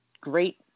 great